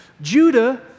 Judah